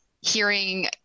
hearing